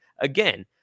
again